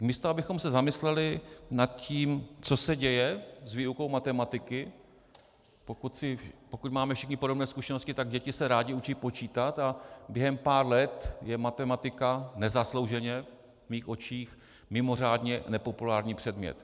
Místo abychom se zamysleli nad tím, co se děje s výukou matematiky pokud máme všichni podobné zkušenosti, tak děti se rády učí počítat a během pár let je matematika, nezaslouženě v mých očích, mimořádně nepopulární předmět.